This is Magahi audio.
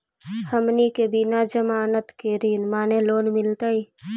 हमनी के बिना जमानत के ऋण माने लोन मिलतई?